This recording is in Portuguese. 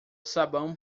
sabão